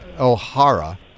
O'Hara